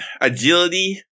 agility